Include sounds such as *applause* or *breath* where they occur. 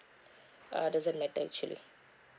*breath* uh doesn't matter actually